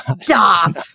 stop